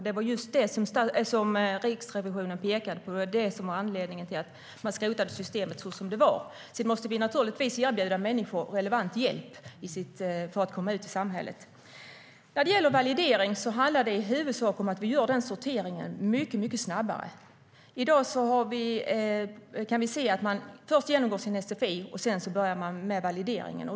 Det var just detta som Riksrevisionen pekade på som anledningen till att man skrotade systemet sådant det var. Sedan måste vi naturligtvis erbjuda människor relevant hjälp för att komma ut i samhället. Validering handlar i huvudsak om att vi gör den sorteringen mycket snabbare. I dag genomgår man först sin sfi innan man börjar med valideringen.